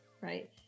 right